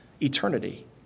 eternity